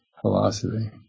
philosophy